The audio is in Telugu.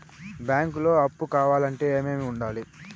బ్యాంకులో అప్పు కావాలంటే ఏమేమి ఉండాలి?